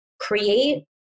create